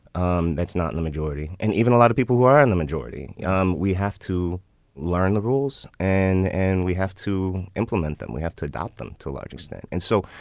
um that's not the majority. and even a lot of people who are in the majority, um we have to learn the rules and and we have to implement them. we have to adapt them to a large extent. and so,